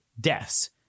deaths